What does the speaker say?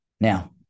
Now